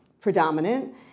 predominant